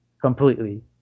completely